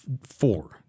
four